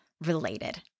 related